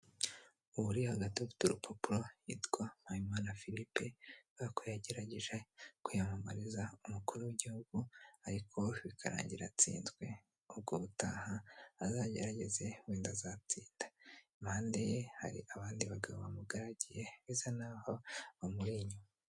Uwo uri hagati ufite urupapuro yitwa Mpahimana Philippe akaba yagerageje kwiyamamariza kuba umukuru w'igihugu ariko bikarangira atsinzwe, ubwo ubutaha azagerageze wenda azatsindata. Impande ye hari abandi bagabo bamugaragiye basa n'bamuri inyuma.